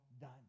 done